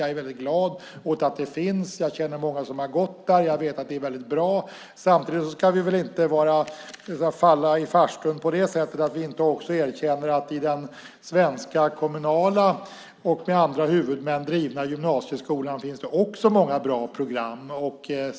Jag är glad för att det finns, jag känner många som har gått där och jag vet att det är bra. Samtidigt ska vi inte falla i farstun på det sättet att vi inte också erkänner att i den svenska kommunala och med andra huvudmän drivna gymnasieskolan finns också många bra program.